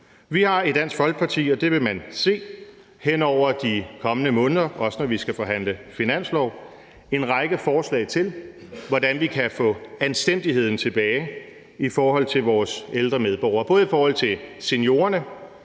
Vi har i Dansk Folkeparti, og det vil man se hen over de kommende måneder, også når vi skal forhandle finanslov, en række forslag til, hvordan vi kan få anstændigheden tilbage i forhold til vores ældre medborgere. Det gælder både i forhold til seniorerne,